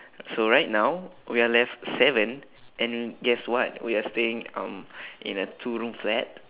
so right now we are left seven and guess what we are staying um in a two room flat